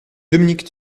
dominique